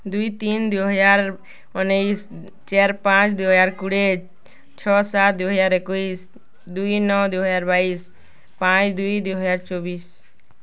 ଦୁଇ ତିନ୍ ଦୁଇ ହଜାର ଉନେଇଶ୍ ଚାର୍ ପାଞ୍ଚ୍ ଦୁଇ ହଜାର କୁଡ଼ିଏ ଛଅ ସାତ୍ ଦୁଇ ହଜାର ଏକୋଇଶ୍ ଦୁଇ ନଅ ଦୁଇ ହଜାର ବାଇଶ୍ ପାଞ୍ଚ୍ ଦୁଇ ଦୁଇ ହଜାର ଚବିଶ୍